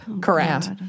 Correct